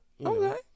Okay